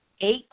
Eight